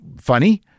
funny